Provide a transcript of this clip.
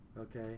okay